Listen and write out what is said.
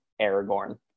Aragorn